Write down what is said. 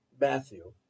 Matthew